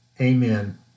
Amen